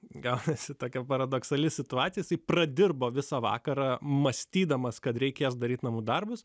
gal esi tokia paradoksali situacija su pradirbo visą vakarą mąstydamas kad reikės daryti namų darbus